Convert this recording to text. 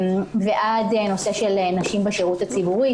ועד נושא של נשים בשירות הציבורי,